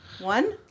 One